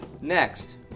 Next